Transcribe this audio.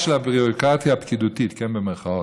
"לשבחה" של הביורוקרטיה הפקידותית, במירכאות: